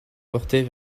porter